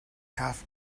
half